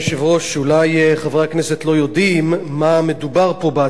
אולי חברי הכנסת לא יודעים על מה מדובר בהצעה הזאת,